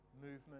Movement